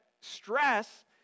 stress